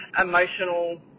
emotional